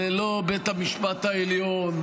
זה לא בית המשפט העליון,